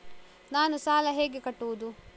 ನಾನು ಸಾಲ ಹೇಗೆ ಕಟ್ಟುವುದು?